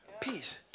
peace